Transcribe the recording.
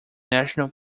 national